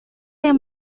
yang